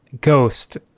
Ghost